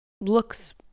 looks